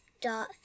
dot